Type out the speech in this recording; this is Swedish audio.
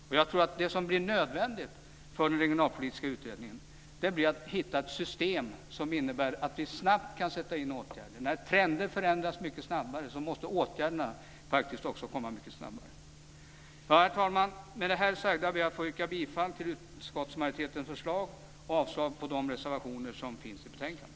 Och jag tror att det blir nödvändigt för den regionalpolitiska utredningen att hitta ett system som innebär att vi snabbt kan vidta åtgärder. När trender förändras mycket snabbare, så måste åtgärderna faktiskt också vidtas mycket snabbare. Herr talman! Med det anförda ber jag att få yrka bifall till utskottsmajoritetens förslag och avslag på de reservationer som finns i betänkandet.